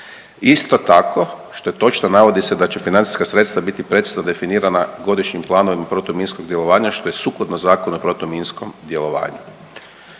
Isto tako, što je točno navodi se da će financijska sredstva biti precizno definirana godišnjim planom protuminskog djelovanja što je sukladno Zakonu o protuminskom djelovanju.